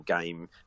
game